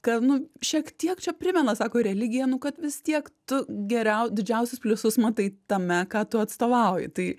kad nu šiek tiek čia primena sako religiją nu kad vis tiek tu geriau didžiausius pliusus matai tame ką tu atstovauji tai